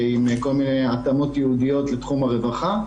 עם כל מיני התאמות ייעודיות לתחום הרווחה,